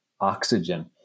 oxygen